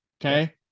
okay